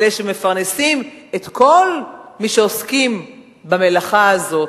אלה שמפרנסים את כל מי שעוסקים במלאכה הזאת,